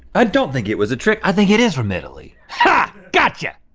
i don't think it was a trick. i think it is from italy. ha, gotcha! oh